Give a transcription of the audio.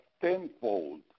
tenfold